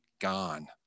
gone